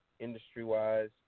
Industry-wise